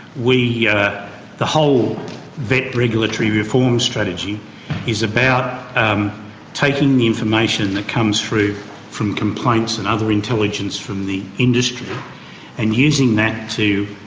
yeah the whole vet regulatory reform strategy is about taking the information that comes through from complaints and other intelligence from the industry and using that to